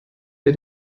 der